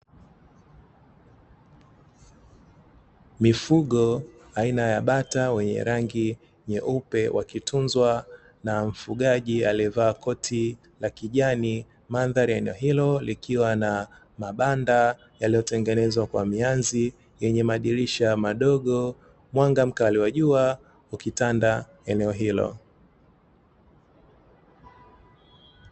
Mifugo aina ya bata wenye rangi nyeupe wakitunzwa na mfugaji aliyevaa koti la kijani. Mandhari ya eneo hilo likiwa na mabanda yaliyotengenezwa kwa mianzi yenye madirisha madogo mwanga mkali wa jua ukitanda eneo hilo.